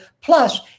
plus